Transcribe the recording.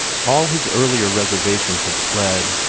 all his earlier reservations had fled.